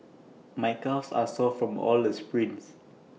my calves are sore from all the sprints